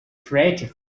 creative